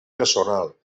personal